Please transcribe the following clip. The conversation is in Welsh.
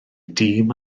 dîm